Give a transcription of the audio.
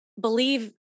believe